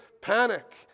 panic